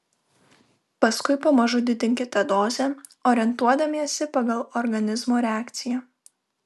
paskui pamažu didinkite dozę orientuodamiesi pagal organizmo reakciją